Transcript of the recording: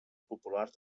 populars